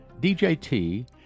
DJT